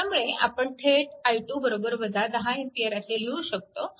त्यामुळे आपण थेट i2 10A असे लिहू शकतो